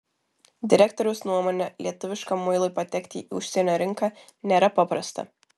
direktoriaus nuomone lietuviškam muilui patekti į užsienio rinką nėra paprasta